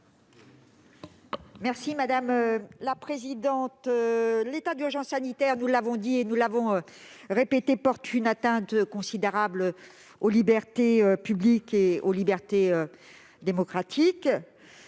Mme Éliane Assassi. L'état d'urgence sanitaire, nous l'avons dit et répété, porte une atteinte considérable aux libertés publiques et aux libertés démocratiques.